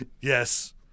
yes